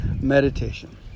meditation